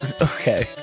Okay